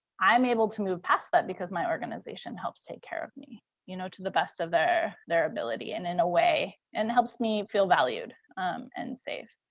i'm able to move past that because my organization helps take care of me you know to the best of their their ability. and in a way, and helps me feel valued and safe.